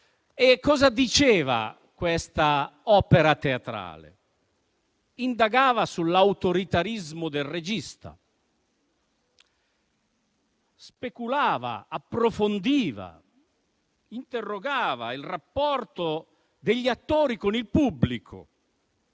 Cosa diceva quest'opera teatrale? Indagava sull'autoritarismo del regista, speculava, approfondiva e interrogava il rapporto degli attori con il pubblico